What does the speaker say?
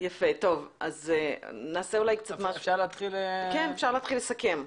אפשר להתחיל לסכם.